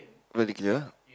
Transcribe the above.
very clear ah